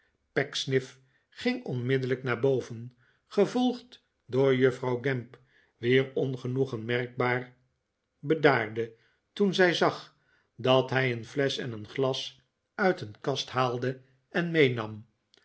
pecksniff ging onmiddellijk naar boven gevolgd door juffrouw gamp r wier ongenoegen merkbaar bedaarde toen zij zag dat hij een flesch en een glas uit een kast haalde en meenam